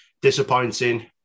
disappointing